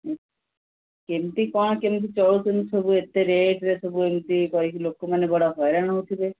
ହୁଁ କେମତି କ'ଣ କେମତି ଚଳୁଛନ୍ତି ସବୁ ଏତେ ରେଟ୍ ରେ ସବୁ ଏମତି କହିକି ଲୋକମାନେ ବଡ଼ ହଇରାଣ ହେଉଥିବେ